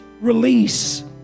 release